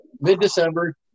mid-December